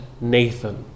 Nathan